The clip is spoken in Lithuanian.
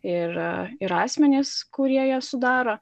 yra ir asmenys kurie jas sudaro